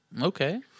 Okay